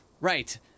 Right